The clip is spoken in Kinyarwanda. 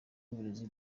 w’uburezi